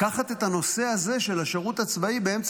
לקחת את הנושא הזה של השירות הצבאי באמצע